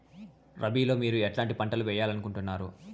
రబిలో మీరు ఎట్లాంటి పంటలు వేయాలి అనుకుంటున్నారు?